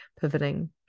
pivoting